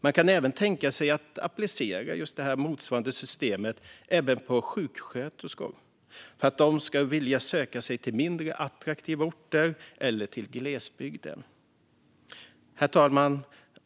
Man kan även tänka sig att applicera motsvarande system på sjuksköterskor, för att de ska vilja söka sig till mindre attraktiva orter eller till glesbygden. Herr talman!